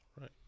Right